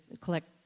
collect